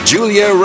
Julia